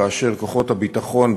כאשר כוחות הביטחון,